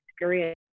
experience